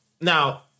Now